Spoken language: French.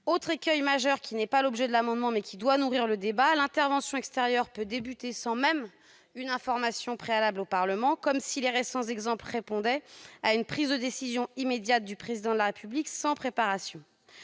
Autre écueil majeur, qui n'est pas l'objet de l'amendement, mais qui doit nourrir le débat, l'intervention extérieure peut commencer sans même une information préalable du Parlement, comme si les récents exemples correspondaient à une prise de décision immédiate du Président de la République, sans préparation.